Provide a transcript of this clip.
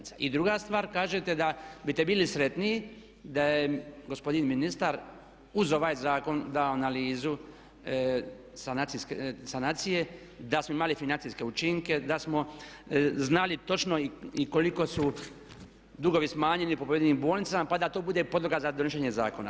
I druga stvar, kažete da biste bili sretniji da je gospodin ministar uz ovaj zakon dao analizu sanacije, da smo imali financijske učinke, da smo znali točno i koliko su dugovi smanjeni po pojedinim bolnicama pa da to bude podloga za donošenje zakona.